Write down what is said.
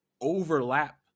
overlap